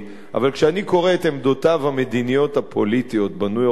אבל כשאני קורא את עמדותיו המדיניות הפוליטיות ב"ניו-יורק טיימס",